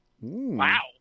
Wow